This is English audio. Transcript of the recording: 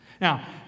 Now